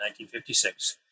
1956